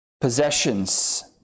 Possessions